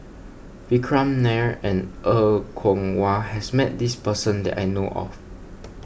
Vikram Nair and Er Kwong Wah has met this person that I know of